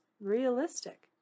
realistic